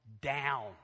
down